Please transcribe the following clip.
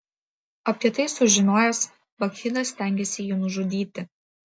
apie tai sužinojęs bakchidas stengėsi jį nužudyti